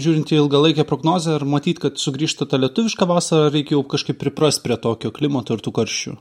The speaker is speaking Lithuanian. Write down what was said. žiūrint į ilgalaikę prognozę ar matyt kad sugrįžta ta lietuviška vasara ar reikia jau kažkaip priprast prie tokio klimato ir tų karščių